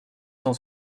cent